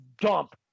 dump